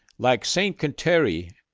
like st. kateri,